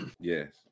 Yes